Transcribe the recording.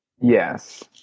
Yes